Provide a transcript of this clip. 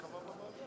הרשימה סגורה.